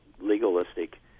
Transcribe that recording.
legalistic